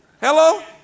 Hello